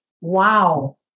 Wow